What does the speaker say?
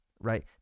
Right